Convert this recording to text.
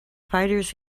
fighters